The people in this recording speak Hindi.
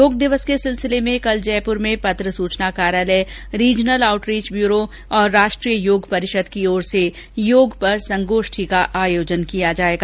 योग दिवस के सिलसिले में कल जयपुर में पत्र सूचना कार्यालय रीजनल आउटरीच ब्यूरो और राष्ट्रीय योग परिषद की ओर से योग पर संघोष्ठी का आयोजन किया जायेगा